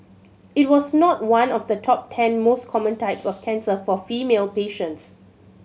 it was not one of the top ten most common types of cancer for female patients